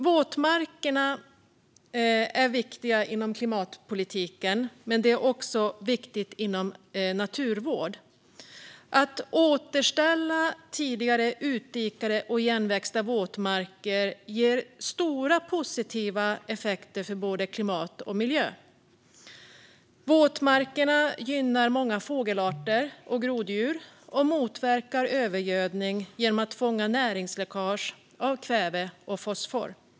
Våtmarkerna är viktiga inom klimatpolitiken, men även inom naturvård. Att återställa tidigare utdikade och igenväxta våtmarker ger stora positiva effekter för både klimat och miljö. Våtmarkerna gynnar många fågelarter och groddjur och motverkar övergödning genom att fånga näringsläckage av kväve och fosfor.